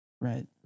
Right